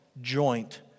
Joint